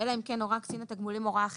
אלא אם כן הורה קצין התגמולים הוראה אחרת,